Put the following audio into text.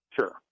sure